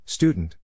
Student